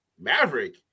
Maverick